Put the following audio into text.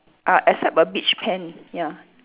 err except a beach pant ya